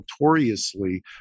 notoriously